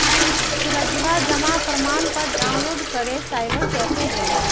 सूरजवा जमा प्रमाण पत्र डाउनलोड करे साइबर कैफे गैलय